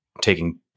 taking